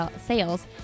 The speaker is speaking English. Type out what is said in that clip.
sales